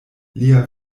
lia